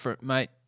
mate